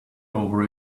over